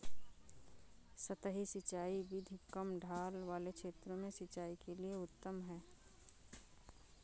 सतही सिंचाई विधि कम ढाल वाले क्षेत्रों में सिंचाई के लिए उत्तम है